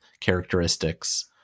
characteristics